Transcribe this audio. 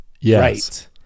Yes